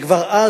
וכבר אז,